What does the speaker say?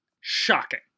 Shocking